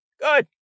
Good